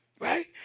right